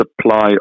supply